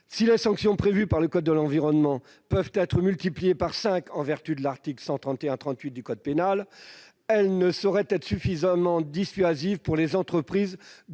Si les sanctions prévues par le code de l'environnement peuvent être multipliées par cinq en vertu de l'article 131-38 du code pénal, elles ne sauraient être suffisamment dissuasives pour les entreprises